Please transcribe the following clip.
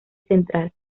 central